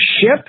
ship